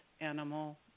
animal